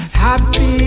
happy